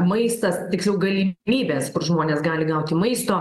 maistas tiksliau galimybės kur žmonės gali gauti maisto